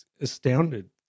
astounded